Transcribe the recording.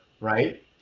right